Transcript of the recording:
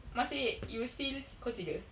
masih you will still consider